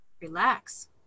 relax